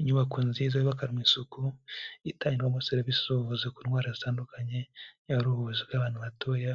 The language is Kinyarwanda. Inyubako nziza yubakanywe isuku, itangirwamo serivisi z'ubuvuzi ku ndwara zitandukanye, yaba ari ubuvuzi bw'abantu batoya